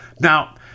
now